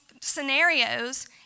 scenarios